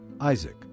Isaac